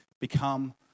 become